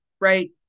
right